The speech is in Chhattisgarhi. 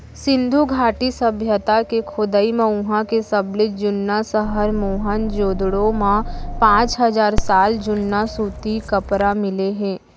सिंधु घाटी सभ्यता के खोदई म उहां के सबले जुन्ना सहर मोहनजोदड़ो म पांच हजार साल जुन्ना सूती कपरा मिले हे